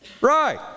Right